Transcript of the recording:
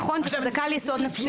נכון, וזה חזקה על יסוד נפשי.